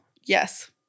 Yes